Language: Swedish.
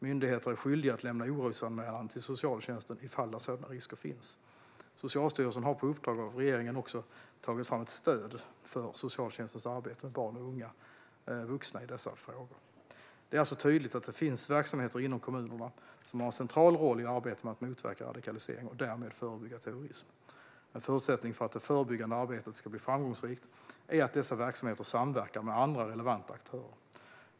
Myndigheter är skyldiga att lämna orosanmälan till socialtjänsten i fall där sådana risker finns. Socialstyrelsen har på uppdrag av regeringen också tagit fram ett stöd för socialtjänstens arbete med barn och unga vuxna i dessa frågor. Det är alltså tydligt att det finns verksamheter inom kommunerna som har en central roll i arbetet med att motverka radikalisering och därmed förebygga terrorism. En förutsättning för att det förebyggande arbetet ska bli framgångsrikt är att dessa verksamheter samverkar med andra relevanta aktörer.